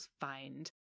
find